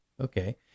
Okay